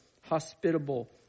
hospitable